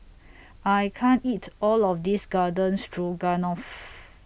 I can't eat All of This Garden Stroganoff